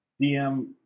DM